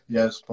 Yes